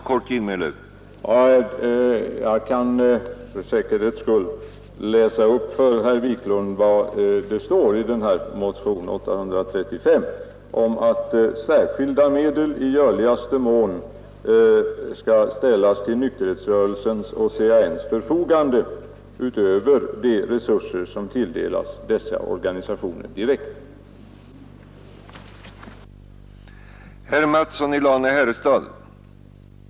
Herr talman! Jag skall för säkerhets skull läsa upp för herr Wiklund vad som står i motionen 835 av herr Engkvist m.fl.: ”Det är därför vår mening att särskilda medel, för att i görligaste mån hålla den organisatoriska apparaten något så när intakt, ställs till nykterhetsrörelsens och CAN: förfogande utöver de resurser som tilldelas dessa organisationer direkt för upplysningsverksamhet i mellanölsfrågan.”